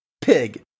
pig